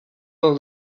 del